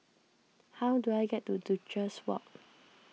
how do I get to Duchess Walk